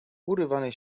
urwany